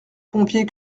pompier